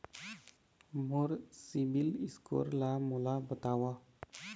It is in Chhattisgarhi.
मोर सीबील स्कोर ला मोला बताव?